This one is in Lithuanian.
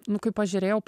nu kai pažiūrėjau